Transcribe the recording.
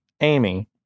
amy